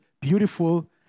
beautiful